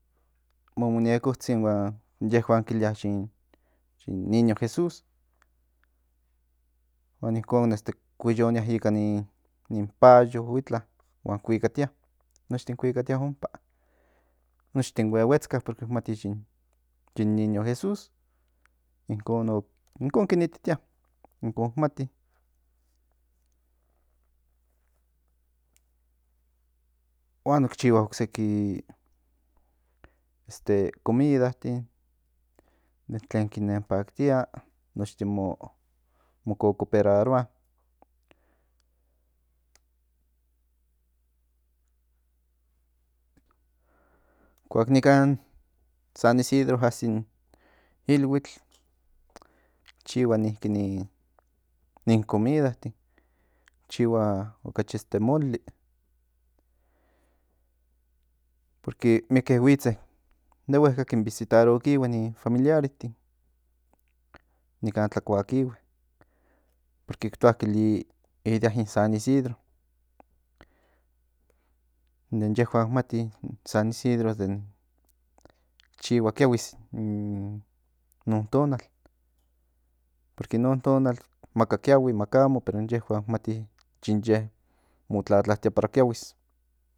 M uñekotsin huan in yehuankilia yin niño jesús huan inkon ki hiyonia ika nin payo o itla kuikatia noch ki kuikatia ompa nochtin huehuetzka porque mati yin niño jesús inkon kin ititia inkon ki mati huan ki chihua ocse este tlakual tlen kin nen paktia nochtin mo cocoperaroa kuak in nikan san isidro así in ilhuitl chihua niki ni tlakual chihua okachi este moli porque mieke huitze de hueka kin visitarokihue nin familiaretin nikan tlakuakihue porque ki toa i día in san isidro in yehuan ki mati in san isidro ki chihua kiahuis in non tonal porque in non tonal maka kihui maka amo pero in yehuan mati yin ye mo tlatlatia para kiahuis